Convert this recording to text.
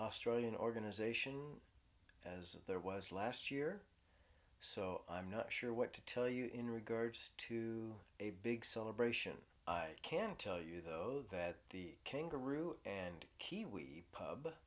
australian organization as there was last year if so i'm not sure what to tell you in regards to a big celebration i can tell you though that the kangaroo and kiwi